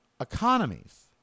economies